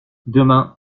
demain